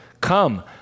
Come